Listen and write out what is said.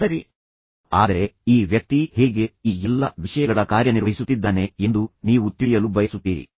ಮತ್ತು ಇದು ಬಹಳ ಸಂಘರ್ಷದ ಪರಿಸ್ಥಿತಿಯಾಗಿದೆ ಆದರೆ ಈ ವ್ಯಕ್ತಿ ಹೇಗೆ ಈ ಎಲ್ಲಾ ವಿಷಯಗಳ ಕಾರ್ಯನಿರ್ವಹಿಸುತ್ತಿದ್ದಾನೆ ಎಂದು ನೀವು ತಿಳಿಯಲು ಬಯಸುತ್ತೀರಿ